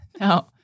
No